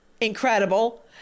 incredible